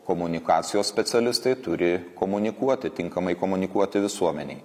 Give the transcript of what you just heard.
komunikacijos specialistai turi komunikuoti tinkamai komunikuoti visuomenei